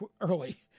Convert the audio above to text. early